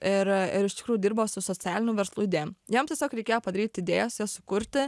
ir ir iš tikrųjų dirbo su socialinių verslų idėjom tiesiog reikėjo padaryti idėjas jas sukurti